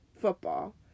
football